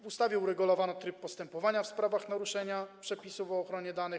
W ustawie uregulowano tryb postępowania w sprawach naruszenia przepisów o ochronie danych.